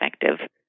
effective